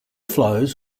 flows